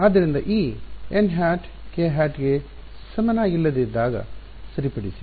ಆದ್ದರಿಂದ ಈ nˆ kˆ ಗೆ ಸಮನಾಗಿಲ್ಲದಿದ್ದಾಗ ಸರಿಪಡಿಸಿ